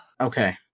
Okay